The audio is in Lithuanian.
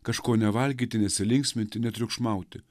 kažko nevalgyti nesilinksminti netriukšmauti